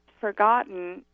forgotten